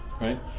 right